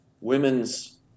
women's